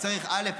צריך, א.